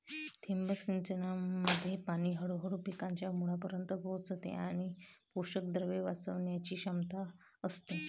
ठिबक सिंचनामध्ये पाणी हळूहळू पिकांच्या मुळांपर्यंत पोहोचते आणि पोषकद्रव्ये वाचवण्याची क्षमता असते